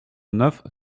neuf